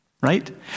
right